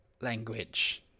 language